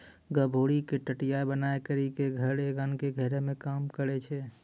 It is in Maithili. गभोरी के टटया बनाय करी के धर एगन के घेरै मे काम करै छै